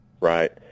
right